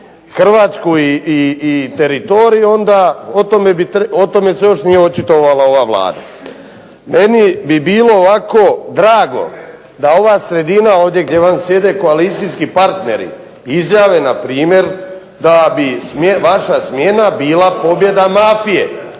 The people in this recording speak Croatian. HRvatsku i teritorij, onda o tome se još nije očitovala ova Vlada. Meni bi bilo ovako drago da ova sredina ovdje gdje vam sjede koalicijski partneri izjave npr. da bi vaša smjena bila pobjeda mafije,